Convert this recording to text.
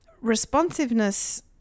responsiveness